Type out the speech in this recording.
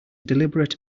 deliberate